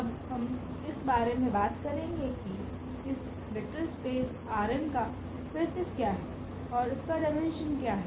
अब हम इस बारे में बात करेंगे कि इस वेक्टर स्पेस Rn का बेसिस क्या है और इसका डायमेंशन क्या है